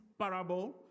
parable